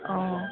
अँ